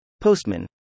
Postman